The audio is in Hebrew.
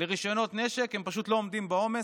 לרישיונות נשק, הם פשוט לא עומדים בעומס.